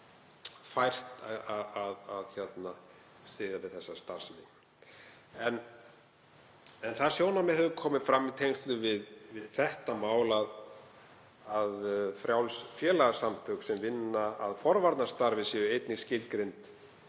fært að styðja við þessa starfsemi. En það sjónarmið hefur komið fram í tengslum við þetta mál að frjáls félagasamtök sem vinna að forvarnastarfi séu einnig skilgreind